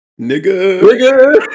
Nigga